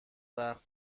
وقت